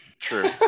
true